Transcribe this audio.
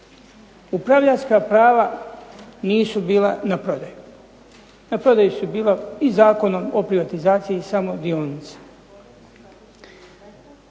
Upravljačka prava nisu bila na prodaju, na prodaju su bila i Zakonom o privatizaciji samo dionice.